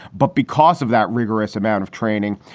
but because of that rigorous amount of training,